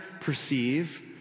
perceive